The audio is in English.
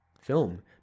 film